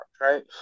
right